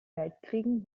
weltkriegen